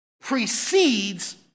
precedes